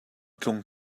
tlung